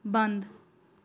ਬੰਦ